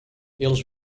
eles